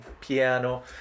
piano